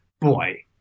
boy